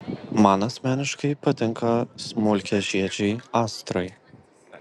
man asmeniškai patinka smulkiažiedžiai astrai